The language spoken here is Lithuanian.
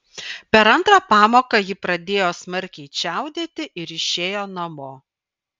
per antrą pamoką ji pradėjo smarkiai čiaudėti ir išėjo namo